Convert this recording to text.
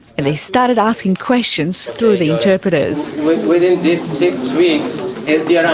and they started asking questions through the interpreters. within this six weeks is yeah